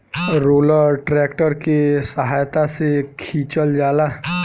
roller tractor के सहायता से खिचल जाला